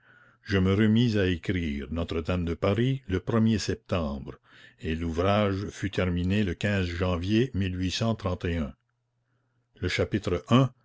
je me remis à écrire notre-dame de paris le er septembre et l'ouvrage fut terminé le janvier le chapitre i